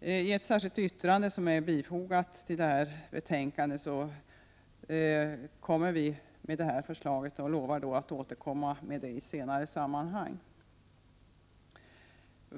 I ett särskilt yttrande, som är fogat till betänkandet, tar vi upp detta förslag och lovar att återkomma med det i senare sammanhang.